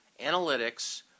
analytics